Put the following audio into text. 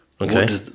okay